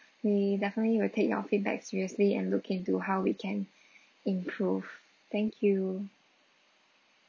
we definitely will take your feedback seriously and look into how we can improve thank you